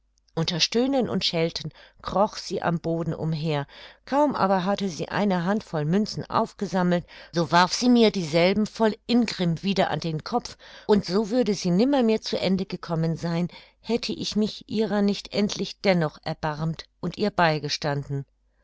unter stöhnen und schelten kroch sie am boden umher kaum aber hatte sie eine hand voll münzen aufgesammelt so warf sie mir dieselben voll ingrimm wieder an den kopf und so würde sie nimmermehr zu ende gekommen sein hätte ich mich ihrer nicht endlich dennoch erbarmt und ihr beigestanden